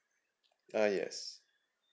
uh yes